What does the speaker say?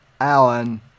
Alan